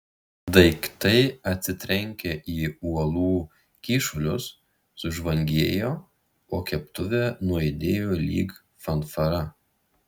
daiktai atsitrenkę į uolų kyšulius sužvangėjo o keptuvė nuaidėjo lyg fanfara